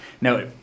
Now